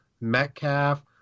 Metcalf